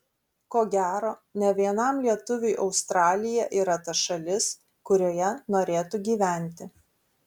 ko gero ne vienam lietuviui australija yra ta šalis kurioje norėtų gyventi